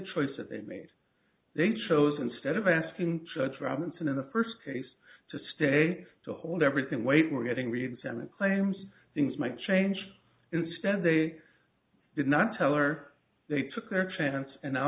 choice that they made they chose instead of asking church robinson in the first case to stay to hold everything wait we're getting reexamined claims things might change instead they did not tell or they took their chance and now